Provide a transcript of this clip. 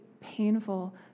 painful